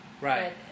Right